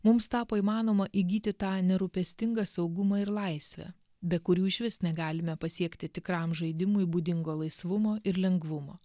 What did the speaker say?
mums tapo įmanoma įgyti tą nerūpestingą saugumą ir laisvę be kurių išvis negalime pasiekti tikram žaidimui būdingo laisvumo ir lengvumo